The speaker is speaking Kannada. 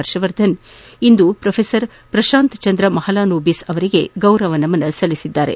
ಹರ್ಷವರ್ದನ್ ಇಂದು ಪ್ರೊಫೆಸರ್ ಪ್ರಶಾಂತ್ ಚಂದ್ರ ಮಹಲಾನೊಬಿಸ್ ಅವರಿಗೆ ಗೌರವ ನಮನ ಸಲ್ಲಿಸಿದರು